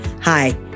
Hi